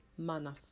Manaf